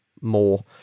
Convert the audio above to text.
more